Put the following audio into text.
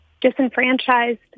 disenfranchised